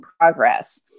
progress